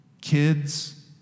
Kids